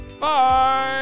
Bye